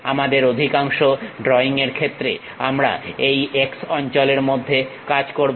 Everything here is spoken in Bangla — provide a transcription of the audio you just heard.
আমাদের অধিকাংশ ড্রইং এর ক্ষেত্রে আমরা এই X অঞ্চলের মধ্যে কাজ করবো